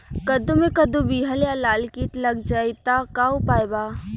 कद्दू मे कद्दू विहल या लाल कीट लग जाइ त का उपाय बा?